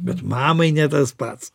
bet mamai ne tas pats